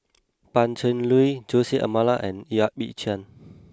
Pan Cheng Lui Jose Almeida and Yap Ee Chian